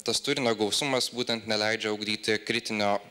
tas turinio gausumas būtent neleidžia ugdyti kritinio